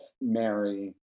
Mary